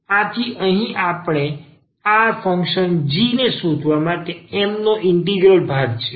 આથી અહીં આપણે આ ફંક્શન g ને શોધવા માટે M નો ઇન્ટિગ્રલ ભાગ છે